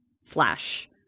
slash